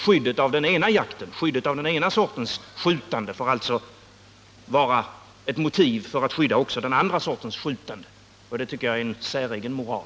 Skyddet av den ena sortens skjutande får alltså vara ett motiv för att skydda också den andra sortens skjutande. Det tycker jag är en säregen moral.